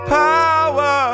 power